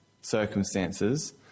circumstances